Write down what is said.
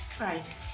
Right